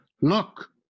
Look